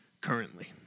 currently